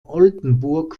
oldenburg